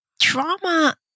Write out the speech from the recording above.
trauma